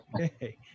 Okay